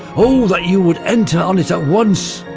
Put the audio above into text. oh that you would enter on it at once.